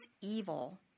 evil